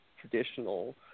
traditional